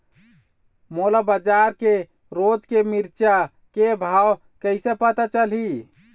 मोला बजार के रोज के मिरचा के भाव कइसे पता चलही?